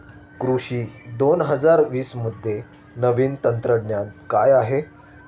कृषी दोन हजार वीसमध्ये नवीन तंत्रज्ञान काय आहे?